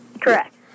Correct